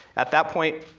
at that point,